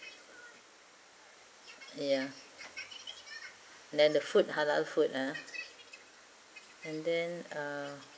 ya then the food halal food ah and then uh